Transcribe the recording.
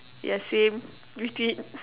yeah same between